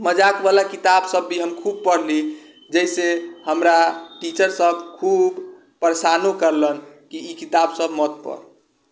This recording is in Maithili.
मजाकवला किताबसब भी हम खूब पढ़ली जइसे हमरा टीचरसब खूब परेशानो करलन कि ई किताबसब मत पढ़